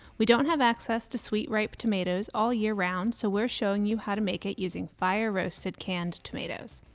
we don't have access to sweet ripe tomatoes all year round, so we're showing you how to make it using fire roasted canned tomatoes.